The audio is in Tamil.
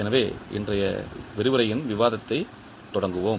எனவே இன்றைய விரிவுரையின் விவாதத்தைத் தொடங்குவோம்